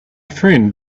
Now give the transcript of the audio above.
friend